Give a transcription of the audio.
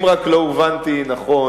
אם רק לא הובנתי נכון,